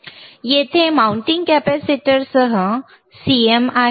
येथे माउंटिंग कॅपेसिटरहे CM आहे